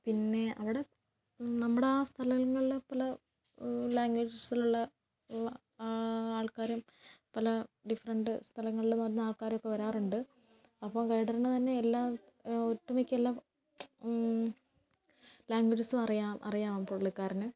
പിന്നെ അവിടെ നമ്മുടെ ആ സ്ഥലങ്ങളിലെ പോലെ ലാംഗ്വേജസിലുള്ള ആൾക്കാരും പല ഡിഫറന്റ് സ്ഥലങ്ങളിൽ നിന്ന് വരുന്ന ആൾക്കാരുമൊക്കെ വരാറുണ്ട് അപ്പോൾ ഗെയിഡറിന് തന്നെ എല്ലാ ഒട്ടുമിക്ക എല്ലാ ലാംഗ്വേജസും അറിയാം അറിയാം പുള്ളിക്കാരന്